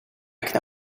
can